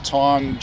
time